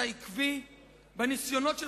אתה עקבי בניסיונות שלך,